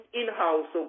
in-house